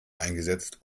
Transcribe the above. eingesetzt